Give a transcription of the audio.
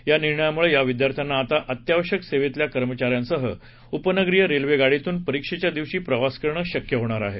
या निर्णयामुळे या विद्यार्थ्यांना आता अत्यावश्यक सेवेतल्या कर्मचाऱ्यांसह उपनगरीय रेल्वे गाडीतून परीक्षेच्या दिवशी प्रवास करणं शक्य होणार आहे